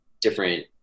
different